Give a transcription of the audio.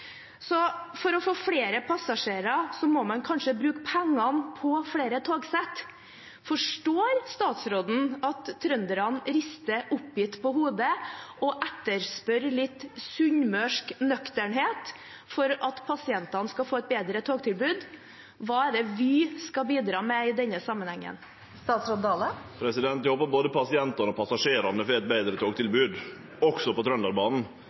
For å få flere passasjerer må man kanskje bruke pengene på flere togsett. Forstår statsråden at trønderne rister oppgitt på hodet og etterspør litt sunnmørsk nøkternhet for at pasientene skal få et bedre togtilbud? Hva er det Vy skal bidra med i denne sammenhengen? Eg håpar både pasientane og passasjerane får eit betre togtilbod, også på